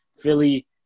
Philly